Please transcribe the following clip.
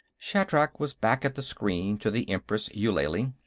shatrak was back at the screen to the empress eulalie.